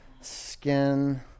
Skin